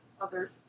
others